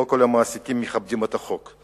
לא כל המעסיקים מכבדים את החוק.